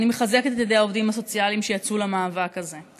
אני מחזקת את ידי העובדים הסוציאליים שיצאו למאבק הזה.